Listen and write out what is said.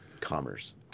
commerce